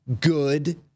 good